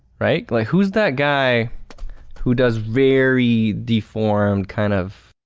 right? like who's that guy who does very deform kind of.